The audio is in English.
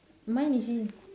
mine isn't